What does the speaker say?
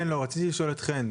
כן אני רציתי לשאול את חן,